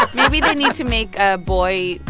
ah maybe they need to make a boy,